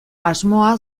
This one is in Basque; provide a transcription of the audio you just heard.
asmoa